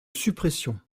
suppression